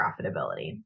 profitability